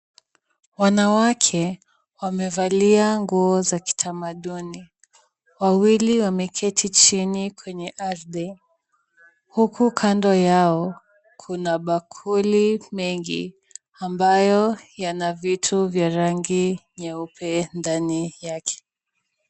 Wanawake wamevalia nguo za kitamaduni. Wawili wamekiti chini kwenye ardhi, huku kando yao kuna bakuli mengi ambayo yana vitu vya rangi nyeupe ndani yake.